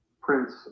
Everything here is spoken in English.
Prince